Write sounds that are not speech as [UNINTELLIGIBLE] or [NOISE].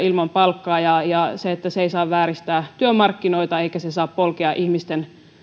[UNINTELLIGIBLE] ilman palkkaa eikä se saa vääristää työmarkkinoita eikä se saa polkea ihmisten